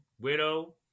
Widow